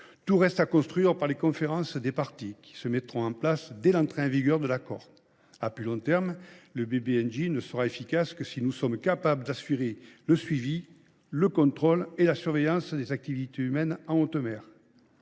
Tout reste à construire par les conférences des parties, qui se mettront en place dès l’entrée en vigueur du texte. À plus long terme, le BBNJ ne sera efficace qu’à la condition d’assurer le suivi, le contrôle et la surveillance des activités humaines en haute mer.